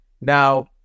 Now